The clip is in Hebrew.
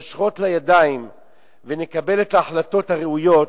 לידיים ונקבל את ההחלטות הראויות,